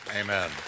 Amen